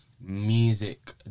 music